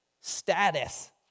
status